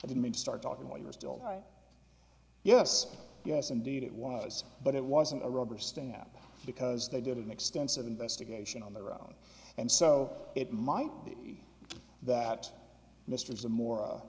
i didn't mean to start talking while you were still right yes yes indeed it was but it wasn't a rubber stamp because they did an extensive investigation on their own and so it might be that mystery is the more